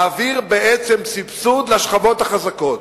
מעביר בעצם סבסוד לשכבות החזקות,